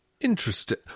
interesting